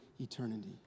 eternity